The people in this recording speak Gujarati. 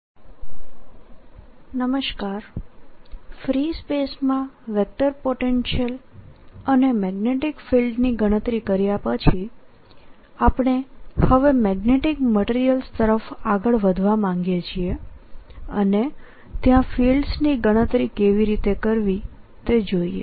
મેગ્નેટીક મટીરીયલ્સ 1 ફ્રી સ્પેસ માં વેક્ટર પોટેન્શિયલ અને મેગ્નેટીક ફિલ્ડ ની ગણતરી કર્યા પછી આપણે હવે મેગ્નેટીક મટીરીયલ્સ તરફ આગળ વધવા માગીએ છીએઅને ત્યાં ફીલ્ડ્સ ની ગણતરી કેવી રીતે કરવી તે જોઈએ